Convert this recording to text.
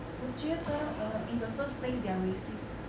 我觉得 err in the first place they are racist